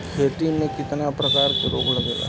खेती में कितना प्रकार के रोग लगेला?